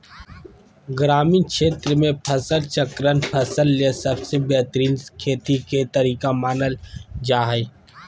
ग्रामीण क्षेत्र मे फसल चक्रण फसल ले सबसे बेहतरीन खेती के तरीका मानल जा हय